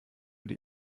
die